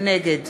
נגד